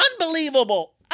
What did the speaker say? unbelievable